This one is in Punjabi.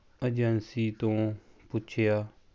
ਏਜੰਸੀ ਤੋਂ ਪੁੱਛਿਆ